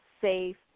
safe